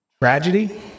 tragedy